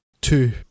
two